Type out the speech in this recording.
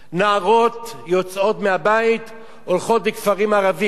נערות יוצאות מהבית, הולכות לכפרים ערביים,